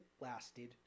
lasted